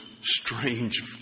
strange